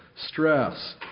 stress